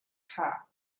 her